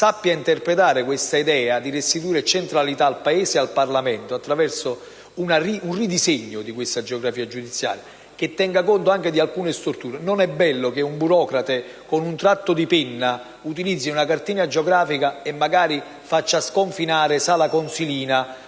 sappiate interpretare l'idea di restituire centralità al Paese e al Parlamento attraverso un ridisegno della geografia giudiziaria che tenga conto anche di alcune storture. Non è bello che un burocrate con un tratto di penna utilizzi una cartina geografica e faccia sconfinare magari il